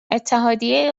اتحادیه